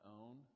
own